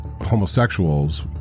homosexuals